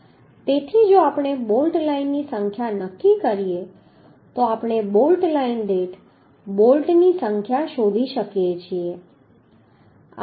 તેથી જો આપણે બોલ્ટ લાઇનની સંખ્યા નક્કી કરીએ તો આપણે બોલ્ટ લાઇન દીઠ બોલ્ટની સંખ્યા શોધી શકીએ છીએ